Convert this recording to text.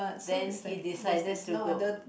then he decided to go